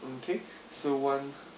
okay so one